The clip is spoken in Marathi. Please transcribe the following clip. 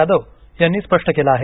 यादव यांनी स्पष्ट केलं आहे